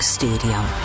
stadium